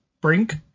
Brink